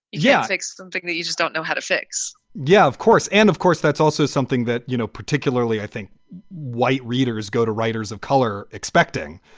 yeah, it's something that you just don't know how to fix yeah, of course. and of course, that's also something that, you know, particularly i think white readers go to writers of color expecting.